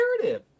narrative